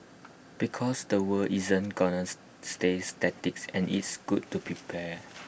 because the world isn't gonna stay statics and it's good to prepared